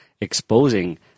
exposing